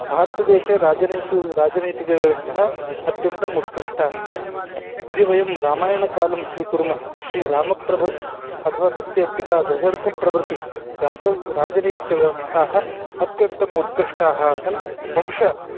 भारतेदेशे राजनैतिके राजनैतिकव्यवस्था अत्यन्तम् उत्कृष्टा आसीत् यदि वयं रामायणकालं स्वीकुर्मः श्रीरामप्रभृतिः अथवा तस्य पिता दशरथप्रभृतिः राजव् राजनैतिकव्यवस्था अत्यन्तम् उत्कृष्टा आसन् वंश